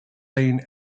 lane